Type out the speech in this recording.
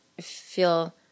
feel